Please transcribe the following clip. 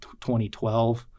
2012